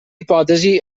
hipòtesi